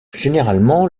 généralement